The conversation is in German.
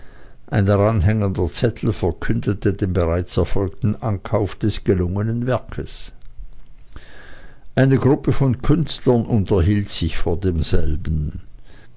ein daranhängender zettel verkündete den bereits erfolgten ankauf des gelungenen werkes eine gruppe von künstlern unterhielt sich vor demselben